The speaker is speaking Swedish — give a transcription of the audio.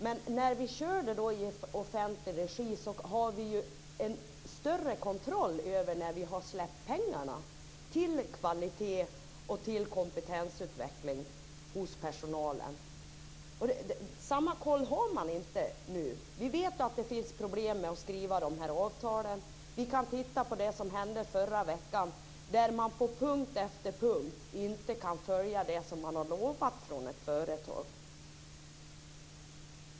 Men när vi kör det i offentlig regi har vi ju en större kontroll över de pengar vi släpper till kvalitetsutveckling och kompetensutveckling hos personalen. Den kollen har man inte nu. Vi vet att det finns problem med att skriva de här avtalen. Vi kan titta på det som hände förra veckan, där man på punkt efter punkt inte kan följa det som man har lovat från ett företag.